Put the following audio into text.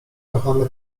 kochany